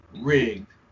rigged